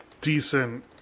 decent